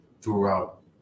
throughout